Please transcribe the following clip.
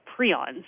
prions